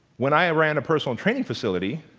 when i ran a personal training facility,